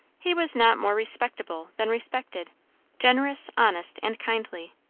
he was not more respectable than respected generous, honest, and kindly.